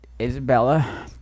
Isabella